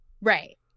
Right